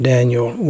Daniel